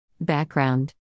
Background